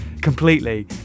completely